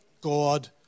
God